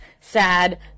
sad